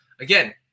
Again